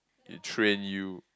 it train you